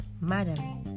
Madam